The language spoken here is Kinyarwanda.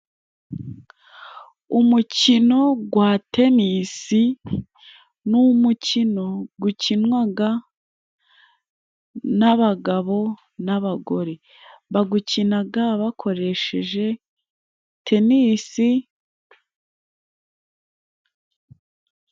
Umukino gwa tenisi ni umukino gukinwaga n'abagabo n'abagore. Bagukinaga bakoresheje tenisi.....